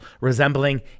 resembling